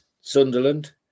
Sunderland